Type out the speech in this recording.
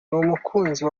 n’umukunzi